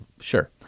Sure